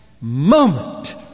moment